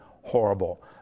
horrible